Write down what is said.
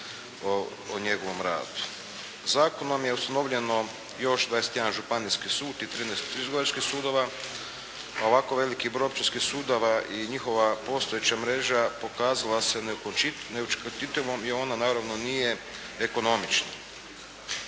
o njegovom radu. Zakonom je osnovljeno još 21 županijski sud i 13 trgovačkih sudova, a ovako veliki broj općinskih sudova i njihova postojeća mreža pokazala se neučinkovitom i ona naravno nije ekonomična.